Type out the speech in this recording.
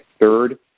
third